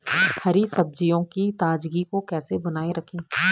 हरी सब्जियों की ताजगी को कैसे बनाये रखें?